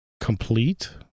complete